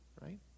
right